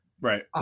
Right